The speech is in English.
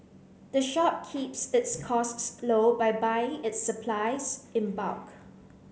the shop keeps its costs low by buying its supplies in bulk